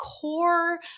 core